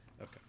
Okay